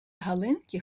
галинки